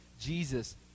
Jesus